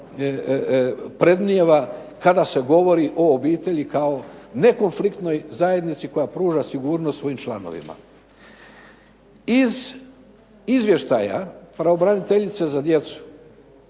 predmnijeva kada se govori o obitelji kao nekonfliktnoj zajednici koja pruža sigurnost svojim članovima. Iz izvještaja pravobraniteljice za djecu,